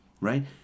Right